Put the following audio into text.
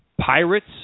Pirates